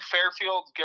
Fairfield